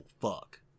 fuck